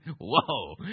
Whoa